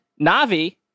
Navi